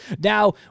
Now